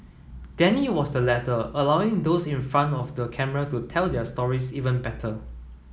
Danny was the latter allowing those in front of the camera to tell their stories even better